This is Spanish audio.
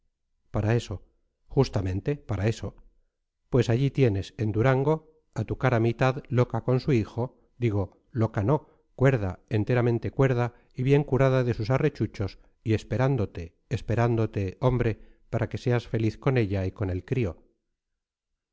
para eso justamente para eso pues allí tienes en durango a tu cara mitad loca con su hijo digo loca no cuerda enteramente cuerda y bien curada de sus arrechuchos y esperándote esperándote hombre para que seas feliz con ella y con el crío